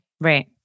Right